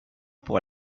pour